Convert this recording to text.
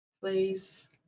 please